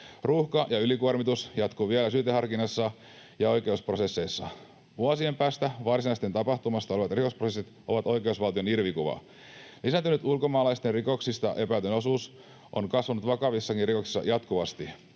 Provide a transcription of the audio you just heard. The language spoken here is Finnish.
Ruuhka ja ylikuormitus jatkuvat vielä syyteharkinnassa ja oikeusprosesseissa. Vuosien päästä varsinaisesta tapahtumasta olevat rikosprosessit ovat oikeusvaltion irvikuva. Lisääntynyt ulkomaalaisten rikoksista epäiltyjen osuus on kasvanut vakavissakin rikoksissa jatkuvasti.